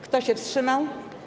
Kto się wstrzymał?